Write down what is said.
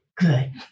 good